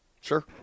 Sure